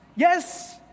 Yes